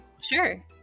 Sure